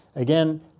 again,